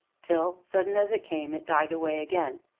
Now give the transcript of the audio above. till, sudden as it came, it died away again,